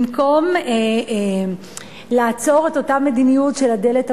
במקום לעצור את אותה מדיניות של הדלת המסתובבת,